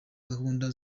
gahunda